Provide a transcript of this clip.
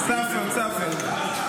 Suffered, suffered.